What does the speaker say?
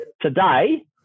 Today